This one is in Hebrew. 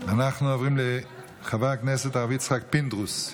אנחנו עוברים לחבר הכנסת הרב יצחק פינדרוס,